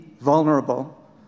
vulnerable